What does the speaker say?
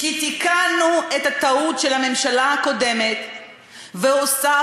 כי תיקנו את הטעות של הממשלה הקודמת והוספנו